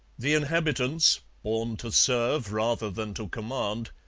the inhabitants, born to serve rather than to command,